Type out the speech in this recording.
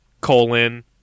colon